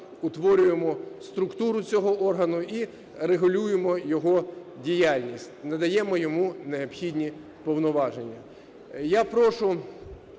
утворюємо структуру цього органу і регулюємо його діяльність, надаємо йому необхідні повноваження.